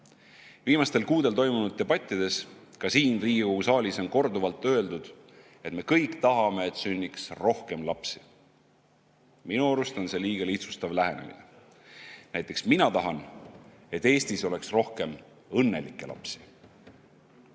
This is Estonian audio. Viimastel kuudel toimunud debattides, ka siin Riigikogu saalis, on korduvalt öeldud, et me kõik tahame, et sünniks rohkem lapsi. Minu arust on see liiga lihtsustav lähenemine. Näiteks mina tahan, et Eestis oleks rohkem õnnelikke lapsi.